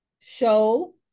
show